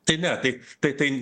tai ne tai tai